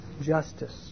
justice